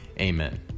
Amen